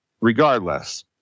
regardless